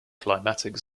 climatic